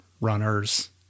runners